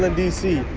ah d c.